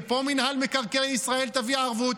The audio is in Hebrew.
ופה מינהל מקרקעי ישראל: תביא ערבות.